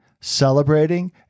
celebrating